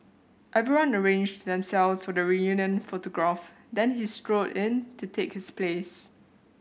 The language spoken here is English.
everyone arranged themselves for the reunion photograph then he strode in to take his place